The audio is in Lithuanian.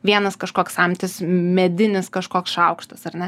vienas kažkoks samtis medinis kažkoks šaukštas ar ne